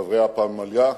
וחברי הפמליה,